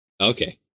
Okay